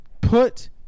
Put